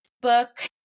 book